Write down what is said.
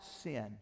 sin